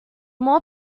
more